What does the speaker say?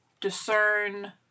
discern